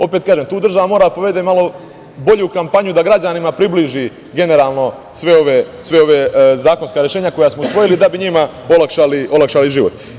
Opet kažem, tu država mora da povede malo bolju kampanju, da građanima približi generalno sva ova zakonska rešenja koja smo usvojili da bi njima olakšali život.